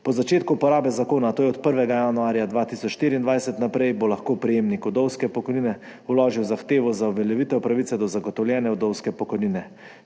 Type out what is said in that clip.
Po začetku uporabe zakona, to je od 1. januarja 2024 naprej, bo lahko prejemnik vdovske pokojnine vložil zahtevo za uveljavitev pravice do zagotovljene vdovske pokojnine.